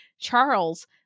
Charles